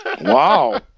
Wow